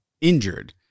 injured